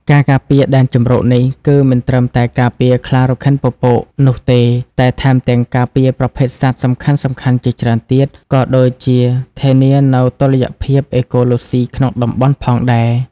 ការការពារដែនជម្រកនេះ គឺមិនត្រឹមតែការពារខ្លារខិនពពកនោះទេ តែថែមទាំងការពារប្រភេទសត្វសំខាន់ៗជាច្រើនទៀត ក៏ដូចជាធានានូវតុល្យភាពអេកូឡូស៊ីក្នុងតំបន់ផងដែរ។